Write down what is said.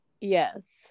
Yes